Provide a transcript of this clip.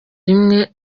rimwe